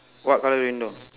what colour window